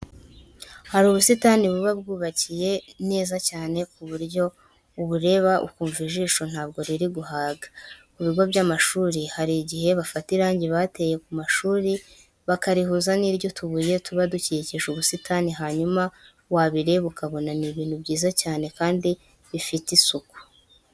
Hari ubusitani buba bwubakiye neza cyane ku buryo ubureba ukumva ijisho ntabwo riri guhaga. Ku bigo by'amashuri hari igihe bafata irangi bateye ku mashuri bakarihuza n'iry'utubuye tuba dukikije ubusitani hanyuma wabireba ukabona ni ibintu byiza cyane kandi bifite isuku.